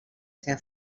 seva